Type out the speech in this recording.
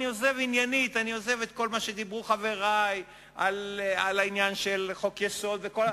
אני עוזב את כל מה שדיברו חברי על העניין של חוק-יסוד וכו'.